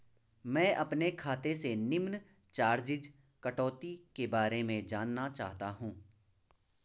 मैं अपने खाते से निम्न चार्जिज़ कटौती के बारे में जानना चाहता हूँ?